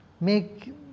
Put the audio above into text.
make